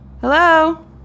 hello